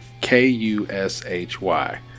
K-U-S-H-Y